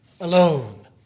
alone